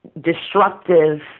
destructive